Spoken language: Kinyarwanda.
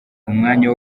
umwanya